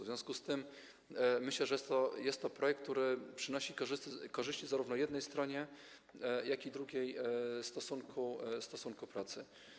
W związku z tym myślę, że jest to projekt, który przynosi korzyści zarówno jednej stronie, jak i drugiej stronie stosunku pracy.